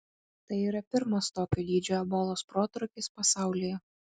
tai yra pirmas tokio dydžio ebolos protrūkis pasaulyje